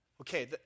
Okay